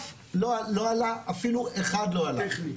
לא עלה אפילו אחד לא עלה.